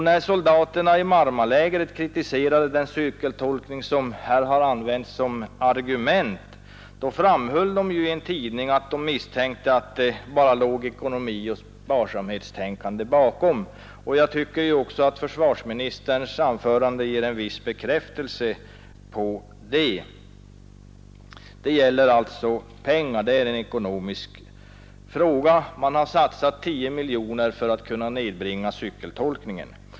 När soldaterna i Marmalägret kritiserade den cykeltolkning som här har använts som argument, framhöll de i en tidning att de misstänkte att det bara låg ekonomioch sparsamhetstänkande bakom. Jag tycker att försvarsministerns anförande ger en viss bekräftelse på detta. Det gäller alltså pengar, det är en ekonomisk fråga. Man har satsat 10 miljoner för att kunna nedbringa cykeltolkningen.